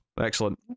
Excellent